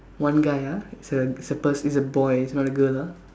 one guy ah it's a it's a pers~ it's a boy it's not girl ah